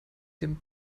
dem